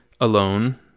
alone